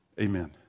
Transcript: Amen